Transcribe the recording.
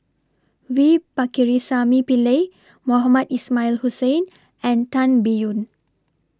V Pakirisamy Pillai Mohamed Ismail Hussain and Tan Biyun